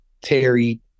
terry